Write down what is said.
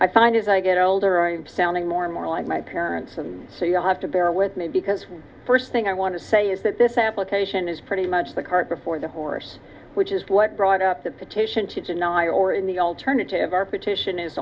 i find as i get older i'm sounding more and more like my parents and so you'll have to bear with me because first thing i want to say is that this application is pretty much the cart before the horse which is what brought up the petition to deny or in the alternative our petition is